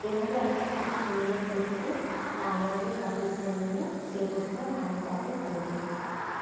এভাবে একটা ছোট সুন্দর পশুকে ভালোভাবে যত্ন করে নিলে সেই পশুটা ভালো জাতের তৈরি হবে